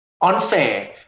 unfair